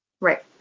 Right